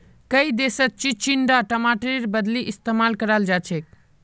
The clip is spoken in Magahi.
कई देशत चिचिण्डा टमाटरेर बदली इस्तेमाल कराल जाछेक